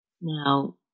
Now